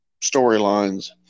storylines